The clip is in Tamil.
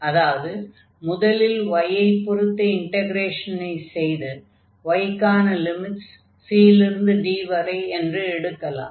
அதாவது முதலில் y ஐ பொருத்து இன்டக்ரேஷனை செய்து y க்கான லிமிட்ஸ் c லிருந்து d வரை என்று எடுக்கலாம்